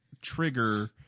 trigger